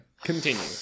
continue